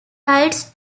rights